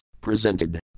presented